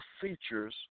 features